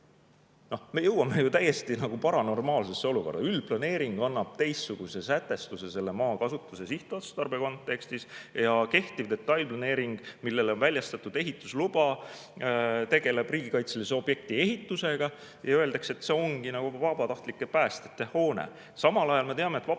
Me jõuame nagu täiesti paranormaalsesse olukorda. Üldplaneering [sätestab] teistsuguse maakasutuse sihtotstarbe, aga kehtiv detailplaneering, mille jaoks on väljastatud ehitusluba, [käsitleb] riigikaitselise objekti ehitust ja öeldakse, et see ongi vabatahtlike päästjate hoone. Samal ajal me teame, et vabatahtlike